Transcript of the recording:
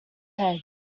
head